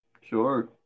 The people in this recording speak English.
Sure